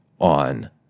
on